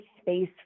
space